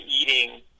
eating